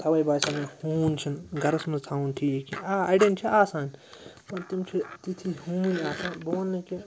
تَوَے باسیو مےٚ ہوٗن چھُنہٕ گَرَس منٛز تھاوُن ٹھیٖک کیٚنٛہہ آ اَڑٮ۪ن چھِ آسان مطلب تِم چھِ تِتھی ہوٗنۍ آسان بہٕ وَنٛنہٕ کہِ